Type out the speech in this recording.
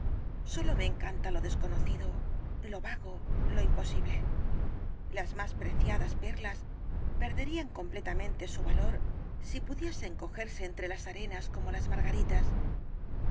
sólo me encanta lo desconocido lo vago lo imposible las más preciadas perlas perderían completamente su valor si pudiesen cogerse entre las arenas como las margaritas